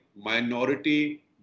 minority